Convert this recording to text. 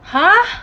!huh!